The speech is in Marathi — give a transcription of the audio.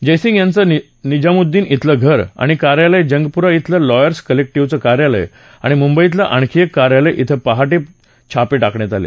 जयसिंग यांचं निजामउद्दीन ब्वेलं घर आणि कार्यालय जंगपूरा ब्वेलं लॉयर्स कलेक्टीव्हचं कार्यालय आणि मुंबईतलं आणखी एक कार्यालय श्री आज पहाटे छापे टाकण्यात आले